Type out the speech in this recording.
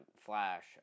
Flash